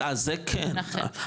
זה כן,